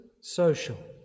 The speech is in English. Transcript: Social